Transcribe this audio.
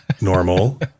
normal